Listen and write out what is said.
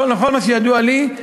נכון למה שידוע לי,